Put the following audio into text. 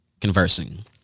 conversing